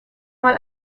mal